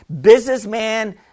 businessman